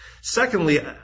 Secondly